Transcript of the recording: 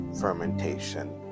fermentation